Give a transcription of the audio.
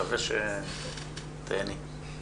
נקווה שתיהני.